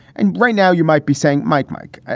and right now, you might be saying, mike, mike,